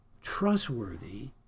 trustworthy